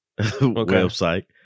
website